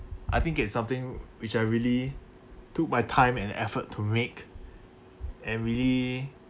I think it's something which I really took my time and effort to make and really